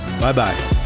Bye-bye